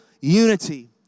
unity